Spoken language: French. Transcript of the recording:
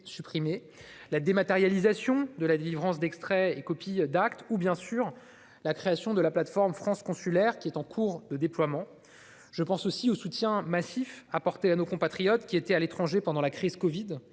taxe -, la dématérialisation de la délivrance d'extraits et de copies d'actes ou, bien sûr, la création de la plateforme France Consulaire, en cours de déploiement. Je pense aussi au soutien massif apporté à nos compatriotes qui étaient à l'étranger pendant la crise covid.